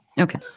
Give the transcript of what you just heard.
Okay